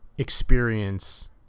experience